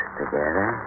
together